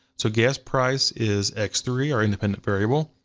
so gas price is x three, our independent variable.